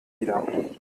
wieder